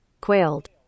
Quailed